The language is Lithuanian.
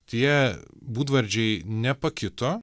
tie būdvardžiai nepakito